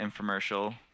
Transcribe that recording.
infomercial